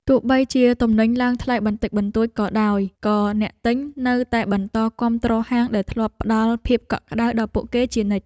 ទោះបីជាទំនិញឡើងថ្លៃបន្តិចបន្តួចក៏ដោយ ក៏អ្នកទិញនៅតែបន្តគាំទ្រហាងដែលធ្លាប់ផ្ដល់ភាពកក់ក្តៅដល់ពួកគេជានិច្ច។